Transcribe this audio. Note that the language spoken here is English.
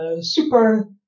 super